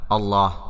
Allah